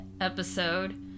episode